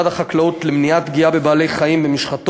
רק בשעות הצהריים הגיעה המשאית בחזרה ללול במשק המקור,